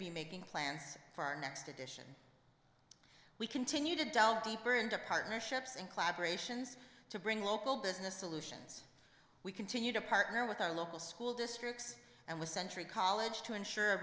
be making plans for our next edition we continue to delve deeper into partnerships and collaboration's to bring local business solutions we continue to partner with our local school districts and with century college to ensure